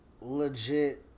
legit